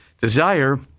desire